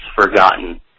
forgotten